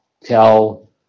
tell